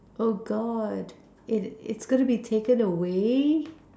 oh god it it's gonna be taken away